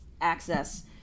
access